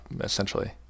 essentially